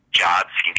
jobs